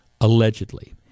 allegedly